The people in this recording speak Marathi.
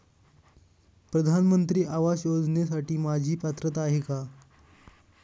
प्रधानमंत्री आवास योजनेसाठी माझी पात्रता आहे का?